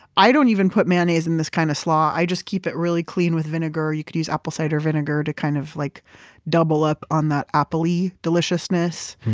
i don't even put mayonnaise in this kind of slaw. i just keep it really clean with vinegar, or you could use apple cider vinegar to kind of like double up on that appley deliciousness.